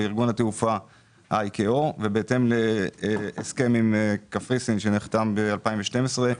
וארגון התעופה IKOבהסכם עם קפריסין שנחתם ב-2012.